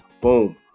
Boom